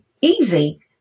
easy